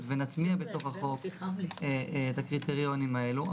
ונטמיע בתוך החוק את הקריטריונים האלו.